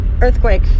earthquake